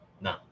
No